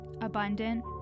abundant